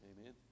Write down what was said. Amen